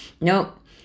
Nope